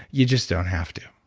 you just don't have to